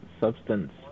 substance